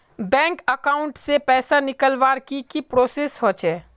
Bank account से पैसा निकालवर की की प्रोसेस होचे?